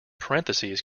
parentheses